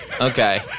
Okay